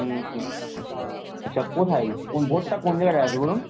আচ্ছা কোথায় কোন ভোটটা কোন জায়গায় আছে বলুন